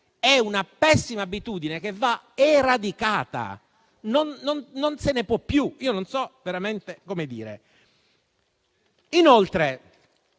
è una pessima abitudine che va eradicata. Non se ne può più. Non so veramente come dirlo.